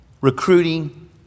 recruiting